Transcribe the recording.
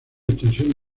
extensión